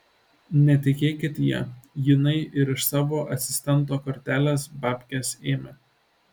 netikėkit ja jinai ir iš savo asistento kortelės babkes ėmė